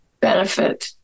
benefit